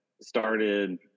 started